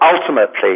ultimately